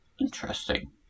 interesting